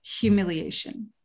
humiliation